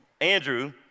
Andrew